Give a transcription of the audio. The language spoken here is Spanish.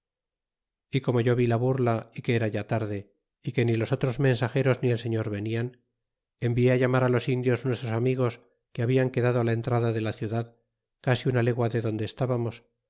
e como yo vi la burla y que era ya tarde y que ni los otros mensajeros ni el feñor vendan ens ie ilau mar los indios nuestros amigos que baldan quedado la en tracia de la ciudad casi una legua de donde estabamos